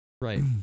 Right